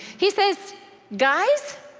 he says guys,